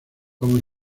como